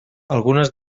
algunes